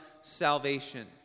salvation